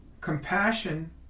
Compassion